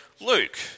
Luke